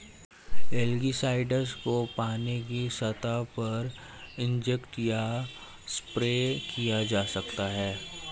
algicides को पानी की सतह पर इंजेक्ट या स्प्रे किया जा सकता है